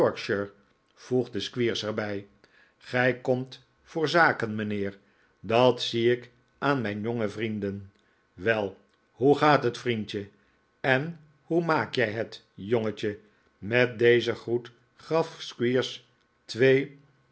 voegde squeers er bij gij komt voor zaken mijnheer dat zie ik aan mijn jonge vrienden wei hoe gaat het vriendje en hoe maak jij het jongetje met dezen groet gaf squeers twee